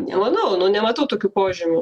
nemanau nu nematau tokių požymių